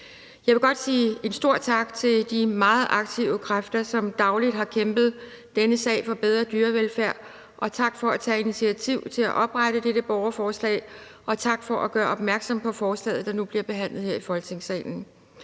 Jeg vil godt sige en stor tak til de meget aktive kræfter, som dagligt har kæmpet for denne sag, for bedre dyrevelfærd. Tak for at tage initiativ til at stille det her borgerforslag, der nu bliver behandlet her i Folketingssalen.